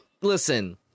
listen